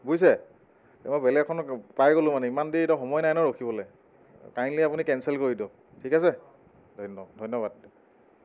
বুজিছে মই বেলেগ এখন পাই গ'লোঁ মানে ইমান দেৰি এতিয়া সময় নাই ন ৰখিবলৈ কাইণ্ডলি আপুনি কেঞ্চেল কৰি দিয়ক ঠিক আছে ধন্যবাদ ধন্যবাদ